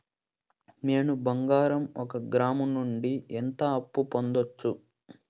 నేను బంగారం ఒక గ్రాము నుంచి ఎంత అప్పు పొందొచ్చు